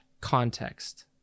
context